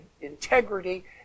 integrity